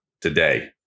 today